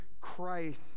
Christ